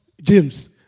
James